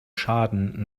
schaden